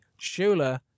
Shula